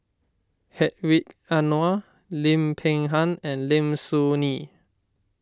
Hedwig Anuar Lim Peng Han and Lim Soo Ngee